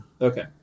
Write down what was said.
Okay